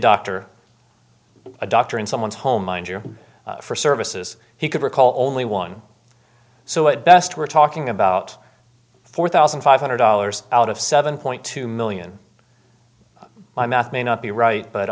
doctor a doctor in someone's home mind you for services he could recall only one so at best we're talking about four thousand five hundred dollars out of seven point two million my math may not be right but